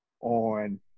on